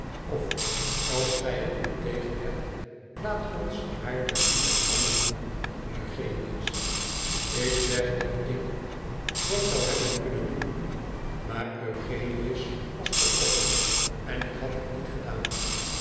of als gij er niet tegen hebt laat ons haar dan liever anna noemen eugenius ik zeg dat ik dat zou hebben kunnen doen maar eugenius was vertrokken en ik had het niet gedaan